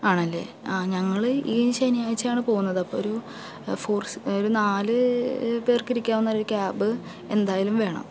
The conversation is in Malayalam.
ആണല്ലേ ആ ഞങ്ങൾ ഈ ശനിയാഴ്ചയാണ് പോകുന്നത് അപ്പോൾ ഒരു ഫോർ സീറ്റ് ഒരു നാലു പേർക്കിരിക്കാവുന്ന ഒരു ക്യാബ് എന്തായാലും വേണം